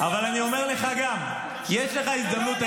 אתה לא מדבר לעניין.